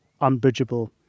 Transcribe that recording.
unbridgeable